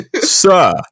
Sir